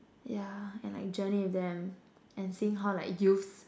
yeah and like journey with them and seeing how like youths